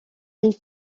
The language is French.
une